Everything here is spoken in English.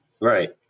right